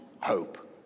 hope